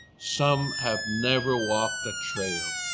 some have never walked a trail.